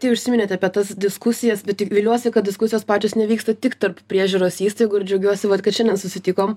tai užsiminėt apie tas diskusijas bet viliuosi kad diskusijos pačios nevyksta tik tarp priežiūros įstaigų ir džiaugiuosi kad šiandien susitikom